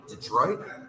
Detroit